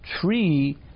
tree